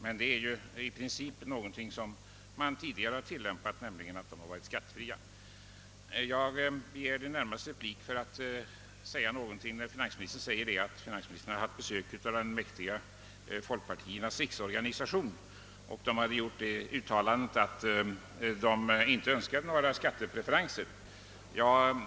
Detta är dock någonting man tillämpat i princip även tidigare, nämligen att bostadstilläggen varit skattefria. Jag begärde ordet närmast för att finansministern säger att han haft besök av folkpensionärernas mäktiga riksorganisation, som uttalat att de inte önskade några skattepreferenser.